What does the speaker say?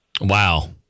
Wow